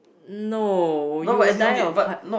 no you will die of heart